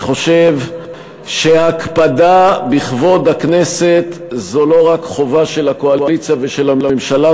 אני חושב שהקפדה בכבוד הכנסת זו לא רק חובה של הקואליציה ושל הממשלה,